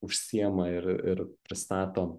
užsiema ir ir pristato